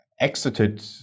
exited